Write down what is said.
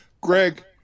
Greg